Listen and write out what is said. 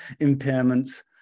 impairments